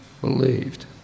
believed